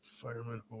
Fireman